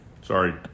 Sorry